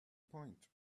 point